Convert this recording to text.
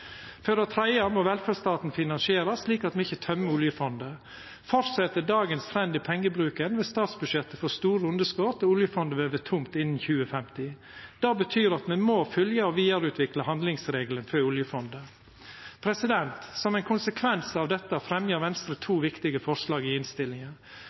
For det tredje må velferdsstaten finansierast slik at me ikkje tømmer oljefondet. Fortset dagens trend i pengebruken, vil statsbudsjettet få store underskot og oljefondet vil vera tomt innan 2050. Det betyr at me må følgja og vidareutvikla handlingsregelen for oljefondet. Som ein konsekvens av dette fremjar Venstre